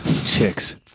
Chicks